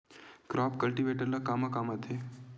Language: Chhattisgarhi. क्रॉप कल्टीवेटर ला कमा काम आथे?